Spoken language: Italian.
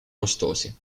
costosi